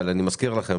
אבל אני מזכיר לכם